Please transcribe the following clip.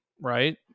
right